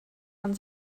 man